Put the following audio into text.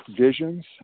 Visions